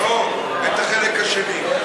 לא, את החלק השני.